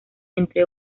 entre